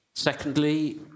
Secondly